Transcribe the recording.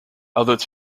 although